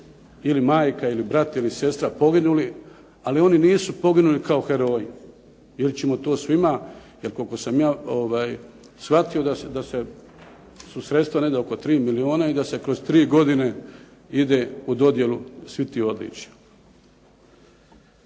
majka, brat ili sestra poginuli ali oni nisu poginuli kao heroji. Jer koliko sam ja shvatio da su sredstva negdje oko 3 milijuna i da se kroz tri godine ide u dodjelu svih tih odličja.